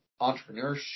entrepreneurship